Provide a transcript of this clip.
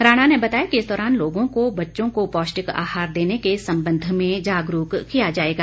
राणा ने बताया कि इस दौरान लोगों को बच्चों को पौष्टिक आहार देने के सम्बन्ध में जागरूक किया जाएगा